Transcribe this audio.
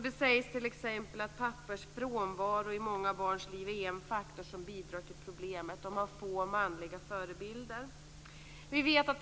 Det sägs t.ex. att pappors frånvaro i många barns liv är en faktor som bidrar till problemet. De har få manliga förebilder.